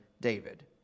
David